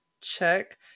check